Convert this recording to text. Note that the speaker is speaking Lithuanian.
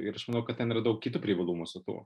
ir aš manau kad ten yra daug kitų privalumų su tuo